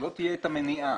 שלא תהיה את המניעה.